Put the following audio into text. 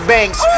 Banks